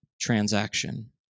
transaction